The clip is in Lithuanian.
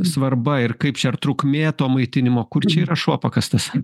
svarba ir kaip čia ar trukmė to maitinimo kur čia yra šuo pakastas